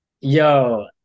Yo